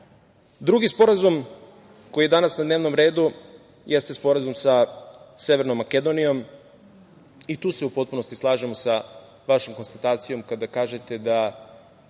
sporazum koji je danas na dnevnom redu jeste Sporazum sa Severnom Makedonijom. I tu se u potpunosti slažem sa vašom konstatacijom kada kažete da